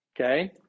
Okay